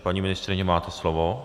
Paní ministryně, máte slovo.